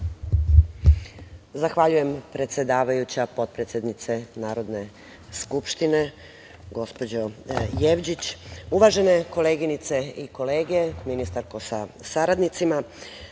Zahvaljujem, predsedavajuća, potpredsednice Narodne skupštine, gospođo Jevđić. Uvažene koleginice i kolege, ministarko, sa saradnicima,